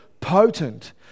potent